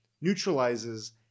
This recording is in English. neutralizes